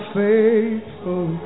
faithful